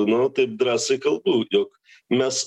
nu taip drąsiai kalbu jog mes